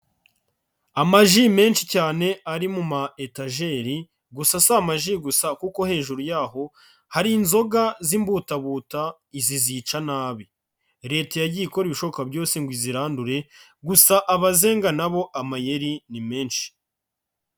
Amaji menshi cyane ari mu ma etajeri, gusa si amaji gusa, kuko hejuru yaho hari inzoga z'imbutabuta, izi zica nabi. Leta yagiye ikora ibishoboka byose ngo izirandure, gusa abazenga na bo amayeri ni menshi.